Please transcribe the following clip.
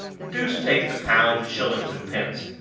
deuce take the pounds, shillings, and pence!